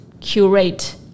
curate